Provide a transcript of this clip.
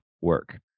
work